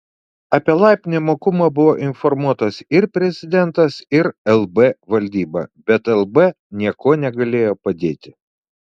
apie laib nemokumą buvo informuotas ir prezidentas ir lb valdyba bet lb niekuo negalėjo padėti